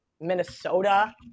Minnesota